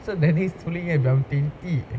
so that is already about twenty